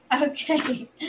Okay